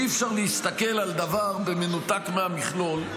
אי-אפשר להסתכל על דבר במנותק מהמכלול,